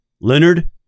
Leonard